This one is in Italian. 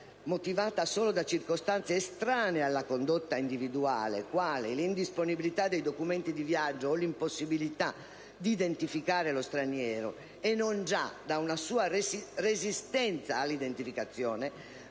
motivata solo da circostanze estranee alla condotta individuale - quali l'indisponibilità dei documenti di viaggio o l'impossibilità di identificare lo straniero, non già la sua resistenza all'identificazione